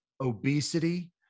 obesity